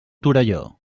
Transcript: torelló